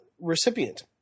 recipient